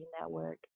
Network